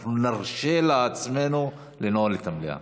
אנחנו נרשה לעצמנו לנעול את המליאה.